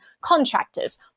contractors